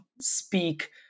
speak